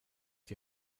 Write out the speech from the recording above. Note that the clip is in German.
die